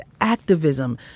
activism